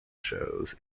shows